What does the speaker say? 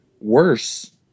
worse